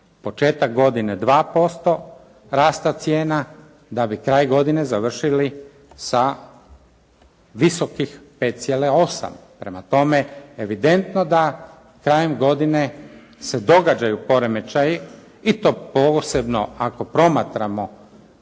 Početak godine 2% rasta cijena, da bi kraj godine završili sa visokih 5,8. Prema tome, evidentno da krajem godine se događaju poremećaji i to posebno ako promatramo